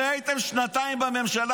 הרי הייתם כמעט שנתיים בממשלה,